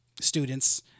students